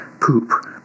poop